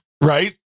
Right